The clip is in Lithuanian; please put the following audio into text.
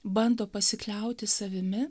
bando pasikliauti savimi